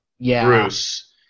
Bruce